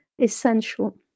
essential